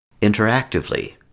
interactively